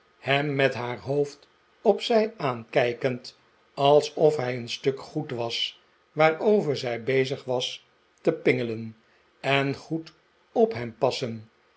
hem met haar hoofd op zij aankijkend alsof hij een stuk goed was waarover zij bezig was te pingelen en goed op hem passen